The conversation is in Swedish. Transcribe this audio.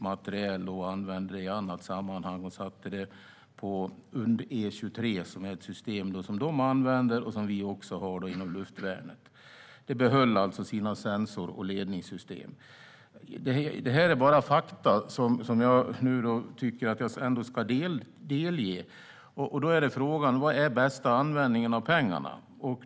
Materielen användes i annat sammanhang på UndE 23 - ett system som de använder och som vi också har inom luftvärnet. De behöll alltså sina sensor och ledningssystem. Det här är fakta, som jag tycker att jag ändå ska delge. Vad är bästa användningen av pengarna?